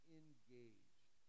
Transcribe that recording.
engaged